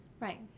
Right